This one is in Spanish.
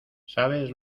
sabes